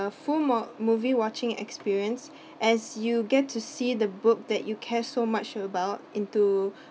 a full mo~ movie watching experience as you get to see the book that you care so much about into